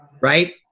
right